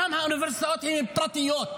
שם האוניברסיטאות הן פרטיות,